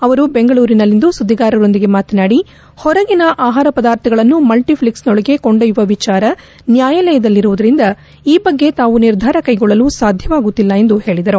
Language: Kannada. ಅವರು ಬೆಂಗಳೂರಿನಲ್ಲಿಂದು ಸುದ್ದಿಗಾರರೊಂದಿಗೆ ಮಾತನಾಡಿ ಹೊರಗಿನ ಆಹಾರ ಪದಾರ್ಥಗಳನ್ನು ಮಲ್ಟಿ ಫ್ಲೆಕ್ಸ್ ಒಳಗೆ ಕೊಂಡೊಯ್ಯುವ ವಿಚಾರ ನ್ಯಾಯಾಲಯದಲ್ಲಿರುವುದರಿಂದ ಈ ಬಗ್ಗೆ ತಾವು ನಿರ್ಧಾರ ಕೈಗೊಳ್ಳಲು ಸಾಧ್ಯವಾಗುತ್ತಿಲ್ಲ ಎಂದು ಹೇಳಿದರು